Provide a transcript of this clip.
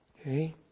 Okay